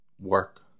work